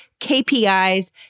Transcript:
KPIs